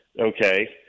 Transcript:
okay